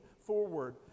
forward